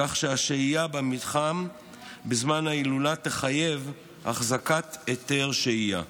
כך ששהייה במתחם בזמן ההילולה תחייב החזקת היתר שהייה.